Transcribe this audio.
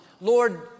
Lord